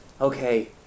okay